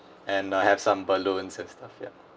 and I have some balloons as well ya